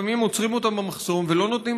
לפעמים עוצרים אותם במחסום ולא נותנים